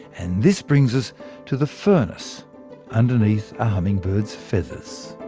and this brings us to the furnace underneath a hummingbird's feathers.